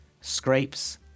Scrapes